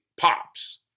pops